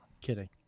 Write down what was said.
kidding